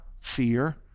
fear